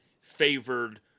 favored